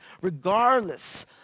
regardless